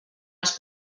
els